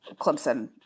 Clemson